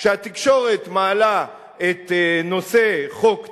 כשהתקשורת מעלה את נושא חוק טל,